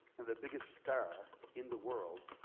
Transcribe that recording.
and the biggest star in the world,